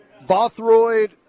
Bothroyd